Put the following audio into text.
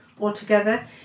altogether